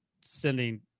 sending